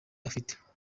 afite